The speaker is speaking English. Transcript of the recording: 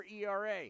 ERA